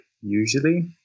usually